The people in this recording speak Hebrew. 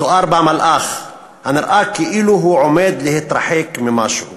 מתואר בה מלאך הנראה כאילו הוא עומד להתרחק ממשהו